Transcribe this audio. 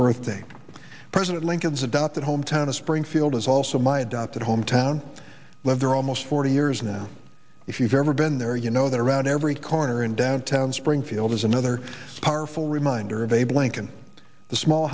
birthday president lincoln's adopted hometown of springfield is also my adopted hometown live there almost forty years now if you've ever been there you know that around every corner in downtown springfield is another powerful reminder of a blank in the small